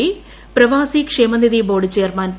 P പ്രവാസി ക്ഷേമനിധി board chairman P